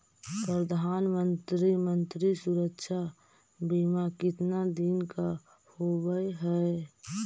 प्रधानमंत्री मंत्री सुरक्षा बिमा कितना दिन का होबय है?